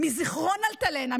מזיכרון אלטלנה,